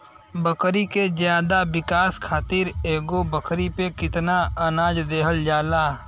बकरी के ज्यादा विकास खातिर एगो बकरी पे कितना अनाज देहल जाला?